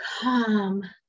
calm